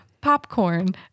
Popcorn